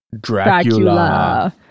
Dracula